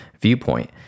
viewpoint